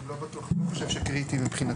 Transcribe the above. אני לא בטוח אם זה קריטי או לא,